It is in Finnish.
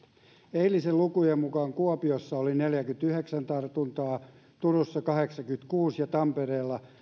eilisten lukujen mukaan kuopiossa oli neljäkymmentäyhdeksän turussa kahdeksankymmentäkuusi ja tampereella